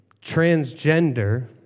Transgender